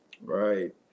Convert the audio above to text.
Right